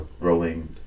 Rolling